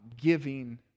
giving